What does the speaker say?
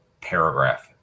Paragraph